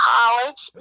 College